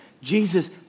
Jesus